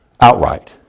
outright